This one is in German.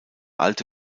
alte